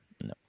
no